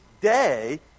day